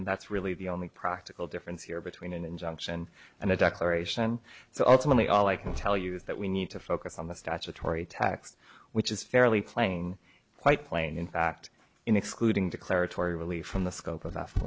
and that's really the only practical difference here between an injunction and a declaration so ultimately all i can tell you is that we need to focus on the statutory tax which is fairly playing quite plain in fact in excluding declaratory relief from the scope of the